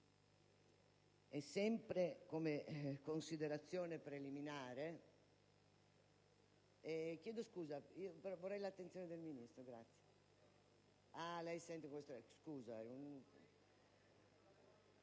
Sempre come considerazione preliminare,